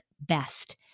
best